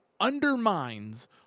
undermines